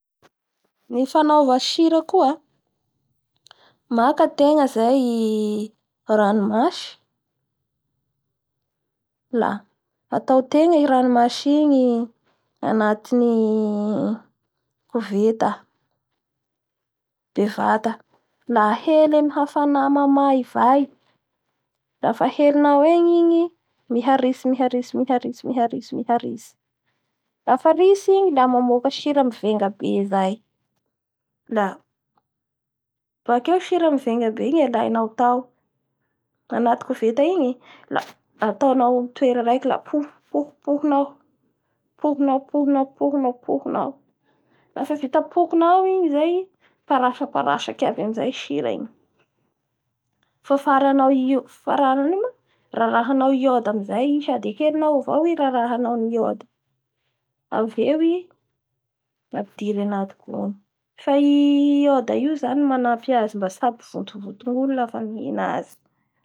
Ny fanaoava sira koa maka ategna zay ranomasy, la ataotegna i ranomasy igny, anatin'ny koveta bevata, nahely amin'ny hafana mamaivay la lafa ahelinao egny igny miharitsy miharitsy miharitsy miharitsy miharitsy lafa ritsy igny a mamaoka sira mivega be zay, la bekeo sira mivegabe igny aainao atao, anaty koveta igny la, ataoanao amin'ny toera raiky la pohipohinao, pohinao pohinao, pohinao, lafa vita pokinao igny zay mioparasaparasaky aby amizay i sira igny, fa raharanao ino moa? Rarahanao iode amizay i sady ahelinao avao i ro rarahanao Iode.